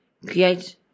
create